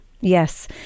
Yes